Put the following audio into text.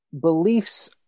beliefs